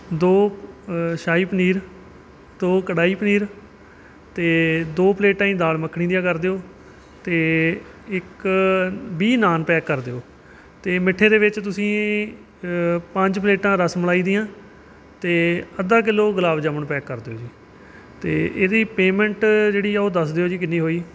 ਦੋ ਸ਼ਾਹੀ ਪਨੀਰ ਦੋ ਕੜਾਹੀ ਪਨੀਰ ਅਤੇ ਦੋ ਪਲੇਟਾਂ ਹੀ ਦਾਲ ਮੱਖਣੀ ਦੀਆਂ ਕਰ ਦਿਓ ਅਤੇ ਇੱਕ ਵੀਹ ਨਾਨ ਪੈਕ ਕਰ ਦਿਓ ਅਤੇ ਮਿੱਠੇ ਦੇ ਵਿੱਚ ਤੁਸੀਂ ਪੰਜ ਪਲੇਟਾਂ ਰਸ ਮਲਾਈ ਦੀਆਂ ਅਤੇ ਅੱਧਾ ਕਿਲੋ ਗੁਲਾਬ ਜਾਮਣ ਪੈਕ ਕਰ ਦਿਓ ਜੀ ਅਤੇ ਇਹਦੀ ਪੇਮੈਂਟ ਜਿਹੜੀ ਆ ਉਹ ਦੱਸ ਦਿਓ ਜੀ ਕਿੰਨੀ ਹੋਈ